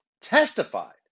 testified